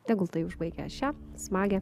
tegul tai užbaigia šią smagią